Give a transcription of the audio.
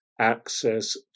access